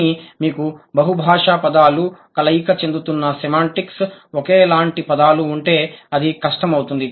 కానీ మీకు బహుభాషా పదాలు కలయిక చెందుతున్న సెమాంటిక్స్ ఒకేలాంటి పదాలు ఉంటే అది కష్టం అవుతుంది